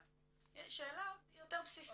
שאלה יותר בסיסית,